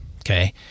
Okay